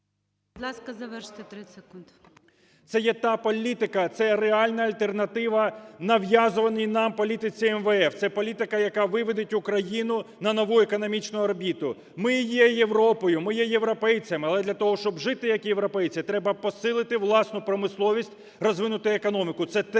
…це є та політика, це реальна альтернативанав'язуваній нам політиці МВФ, це політика, яка виведе Україну на нову економічну орбіту. Ми є Європою, ми є європейцями, але для того, щоб жити, як європейці, треба посили власну промисловість, розвинути економіку.